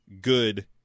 good